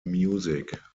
music